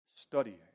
Studying